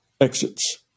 exits